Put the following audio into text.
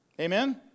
Amen